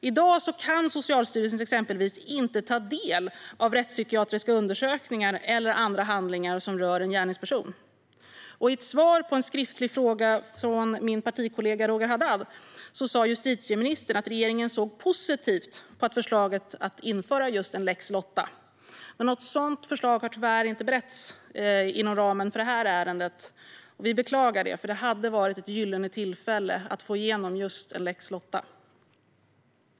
I dag kan Socialstyrelsen exempelvis inte ta del av rättspsykiatriska undersökningar eller andra handlingar som rör en gärningsperson. I ett svar på en skriftlig fråga från min partikollega Roger Haddad sa justitieministern att regeringen såg positivt på förslaget om att införa en lex Lotta. Något sådant förslag har dock tyvärr inte beretts inom ramen för detta ärende. Vi beklagar det, för detta hade varit ett gyllene tillfälle att få igenom just en lex Lotta.